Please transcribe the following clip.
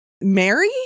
mary